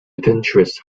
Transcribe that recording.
adventurous